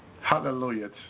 Hallelujah